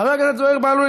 חבר הכנסת זוהיר בהלול,